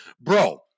Bro